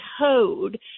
code